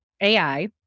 AI